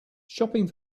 shopping